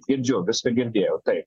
girdžiu viską girdėjau taip